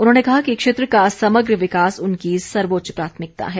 उन्होंने कहा कि क्षेत्र का समग्र विकास उनकी सर्वोच्च प्राथमिकता है